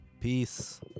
Peace